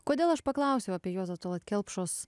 kodėl aš paklausiau apie juozo tallat kelpšos